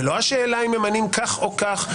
זו לא השאלה אם ממנים כך או כך,